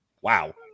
wow